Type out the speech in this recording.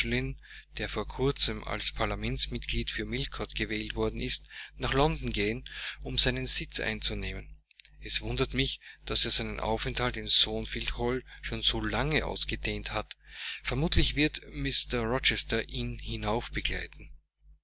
der vor kurzem als parlamentsmitglied für millcote gewählt worden ist nach london gehen um seinen sitz einzunehmen es wundert mich daß er seinen aufenthalt in thornfield hall schon so lang ausgedehnt hat vermutlich wird mr rochester ihn